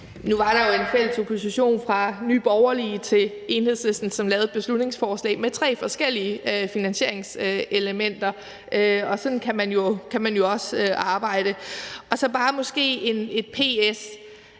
Nu var der jo en fælles opposition fra Nye Borgerlige til Enhedslisten, som lavede et beslutningsforslag med tre forskellige finansieringselementer. Sådan kan man jo også arbejde. Så har jeg måske bare